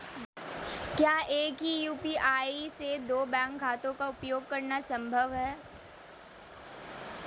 क्या एक ही यू.पी.आई से दो बैंक खातों का उपयोग करना संभव है?